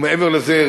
ומעבר לזה,